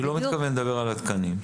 אני לא מתכוון לדבר על התקנים.